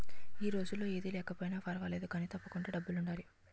ఈ రోజుల్లో ఏది లేకపోయినా పర్వాలేదు కానీ, తప్పకుండా డబ్బులుండాలిరా